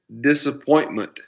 disappointment